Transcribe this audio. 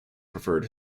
preferred